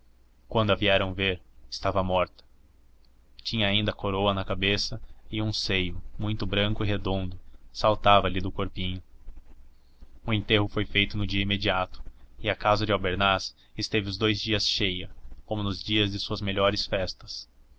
a vieram ver estava morta tinha ainda a coroa na cabeça e um seio muito branco e redondo saltava lhe do corpinho o enterro foi feito no dia imediato e a casa de albernaz esteve os dous dias cheia como nos dias de suas melhores festas